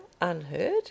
unheard